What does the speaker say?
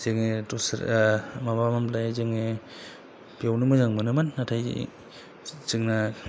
जोहो दस्रा माबा माबामोनलाय जोङो बेयावनो मोजां मोनोमोन नाथाय जोंना